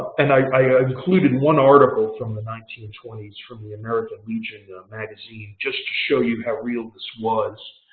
and i ah included one article from the nineteen twenty s from the american legion magazine just to show you how real this was.